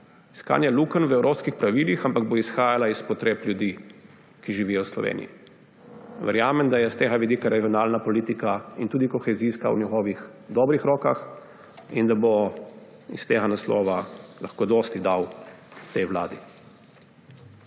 iskanja lukenj v evropskih pravilih, ampak bo izhajala iz potreb ljudi, ki živijo v Sloveniji. Verjamem, da je s tega vidika regionalna politika in tudi kohezijska v njegovih dobrih rokah in da bo s tega naslova lahko dosti dal tej vladi.